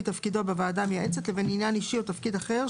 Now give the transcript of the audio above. תפקידו בוועדה המייעצת לבין עניין אישי או תפקיד אחר,